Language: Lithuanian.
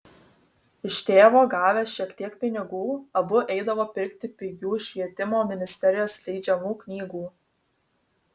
iš tėvo gavę šiek tiek pinigų abu eidavo pirkti pigių švietimo ministerijos leidžiamų knygų